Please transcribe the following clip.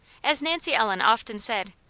as nancy ellen often said,